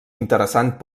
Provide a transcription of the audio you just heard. interessant